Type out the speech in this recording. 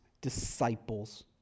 disciples